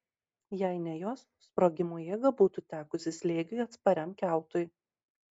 jei ne jos sprogimo jėga būtų tekusi slėgiui atspariam kiautui